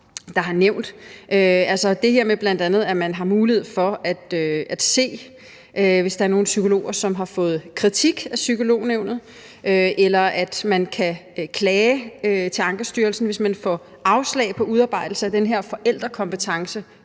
der har nævnt, bl.a. det her med, at man har mulighed for at se, hvis der er nogle psykologer, som har fået kritik af Psykolognævnet, eller at man kan klage til Ankestyrelsen, hvis man får afslag på udarbejdelse af den her forældrekompetenceundersøgelse